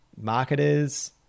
marketers